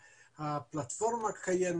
לסטטיסטיקה תתקשר אלי ותשאל אותי מה שפת האם שלי,